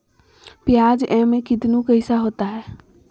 प्याज एम कितनु कैसा होता है?